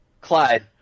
Clyde